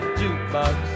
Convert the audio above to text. jukebox